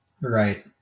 right